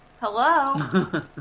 hello